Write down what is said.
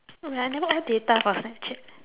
wait I never on data for snapchat